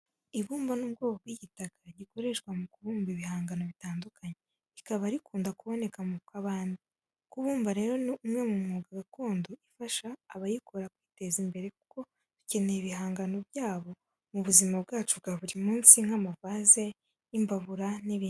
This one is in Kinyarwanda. Ibumba ni ubwoko bw'igitaka gikoreshwa mu kubumba ibihangano bitandukanye, rikaba rikunda kuboneka mu kabande. Kubumba rero ni umwe mu myuga gakondo ifasha abayikora kwiteza imbere kuko dukenera ibihangano byabo mu buzima bwacu bwa buri munsi nk'amavaze, imbabura n'ibindi.